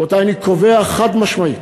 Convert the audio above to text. רבותי, אני קובע חד-משמעית: